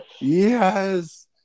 yes